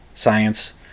Science